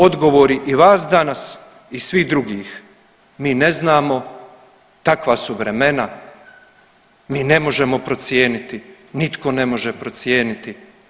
Odgovori i vas danas i svih drugih, mi ne znamo, takva su vremena, mi ne možemo procijeniti, nitko ne može procijeniti.